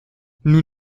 nous